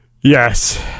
Yes